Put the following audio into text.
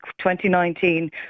2019